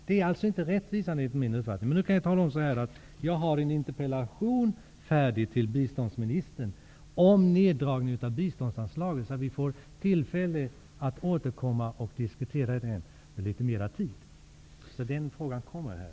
Det är inte rättvisa enligt min uppfattning. Jag har en interpellation färdig till biståndsministern om neddragningen av biståndsanslaget. Vi får tillfälle att återkomma och diskutera detta med litet mer tid till vårt förfogande. Den frågan kommer.